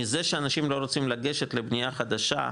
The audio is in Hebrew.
מזה שאנשים לא רוצים לגשת לבנייה חדשה,